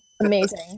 amazing